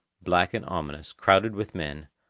black and ominous, crowded with men,